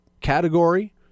category